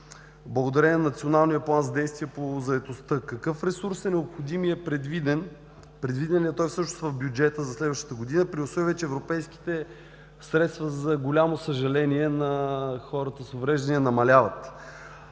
благодарение на Националния план за действие по заетостта. Какъв ресурс е необходим и предвиден? Предвиден ли е той в бюджета за следващата година при условие, че европейските средства, за голямо съжаление на хората с увреждания намаляват?